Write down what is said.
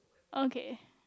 okay